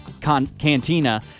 Cantina